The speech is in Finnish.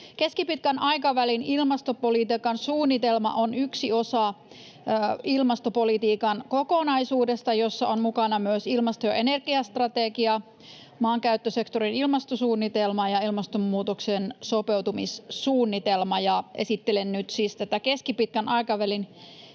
Keskipitkän aikavälin ilmastopolitiikan suunnitelma on yksi osa ilmastopolitiikan kokonaisuutta, jossa on mukana myös ilmasto- ja energiastrategia, maankäyttösektorin ilmastosuunnitelma ja ilmastonmuutoksen sopeutumissuunnitelma, ja esittelen nyt siis tätä keskipitkän aikavälin